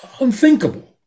unthinkable